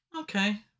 Okay